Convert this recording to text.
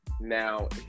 now